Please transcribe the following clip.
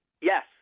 Yes